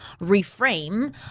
reframe